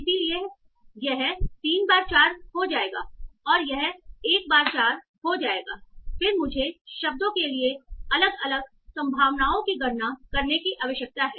इसलिए यह 3 by 4 हो जाएगा और यह 1 by 4 हो जाएगा फिर मुझे शब्दों के लिए अलग अलग संभावनाओं की गणना करने की आवश्यकता है